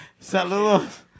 Saludos